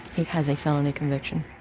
he has a felony conviction.